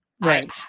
Right